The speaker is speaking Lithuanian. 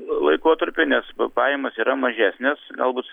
laikotarpiu nes pajamos yra mažesnės galbūt